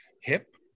hip